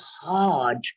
hard